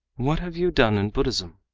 what have you done in buddhism?